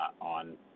on